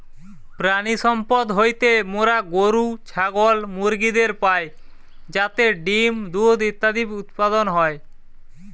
প্রাণিসম্পদ হইতে মোরা গরু, ছাগল, মুরগিদের পাই যাতে ডিম্, দুধ ইত্যাদি উৎপাদন হয়